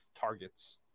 targets